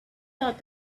thought